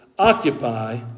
Occupy